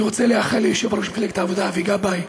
אני רוצה לאחל ליושב ראש מפלגת העבודה אבי גבאי,